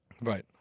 Right